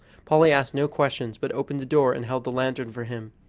polly asked no questions, but opened the door and held the lantern for him.